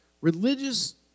Religious